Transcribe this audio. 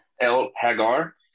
el-Hagar